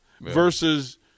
versus